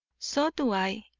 so do i,